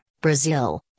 Brazil